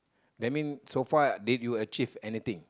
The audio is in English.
that mean so far did you achieve anything